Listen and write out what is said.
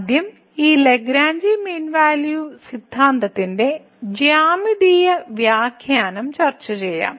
ആദ്യം ഈ Lagrange mean value സിദ്ധാന്തത്തിന്റെ ജ്യാമിതീയ വ്യാഖ്യാനം ചർച്ച ചെയ്യാം